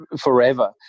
forever